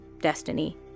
destiny